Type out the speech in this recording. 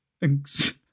Thanks